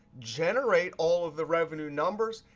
generate all of the revenue numbers,